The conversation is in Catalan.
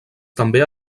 també